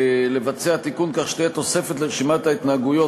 לבצע תיקון כך שתהיה תוספת לרשימת ההתנהגויות